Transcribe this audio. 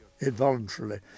involuntarily